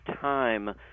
time